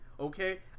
Okay